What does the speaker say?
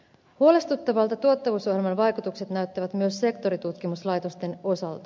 huolestuttavalta tuottavuusohjelman vaikutukset näyttävät myös sektoritutkimuslaitosten osalta